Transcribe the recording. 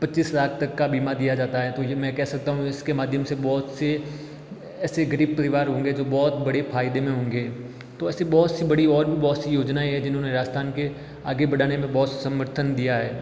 पच्चीस लाख तक का बीमा दिया जाता है तो ये मैं कह सकता हूँ इसके माध्यम से बहुत से ऐसे गरीब परिवार होंगे जो बहुत बड़ी फायदे में होंगे तो ऐसे बहुत सी बड़ी और बहुत सी योजनाएं हैं जिन्होंने राजस्थान के आगे बढ़ाने में बहुत समर्थन दिया है